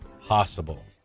possible